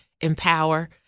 empower